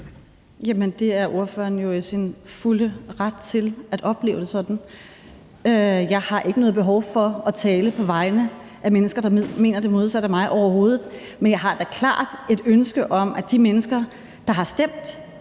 Jamen spørgeren er jo i sin fulde ret til at opleve det sådan. Jeg har ikke noget behov for at tale på vegne af mennesker, der mener det modsatte af mig, overhovedet ikke, men jeg har da klart et ønske om, at de mennesker, der har stemt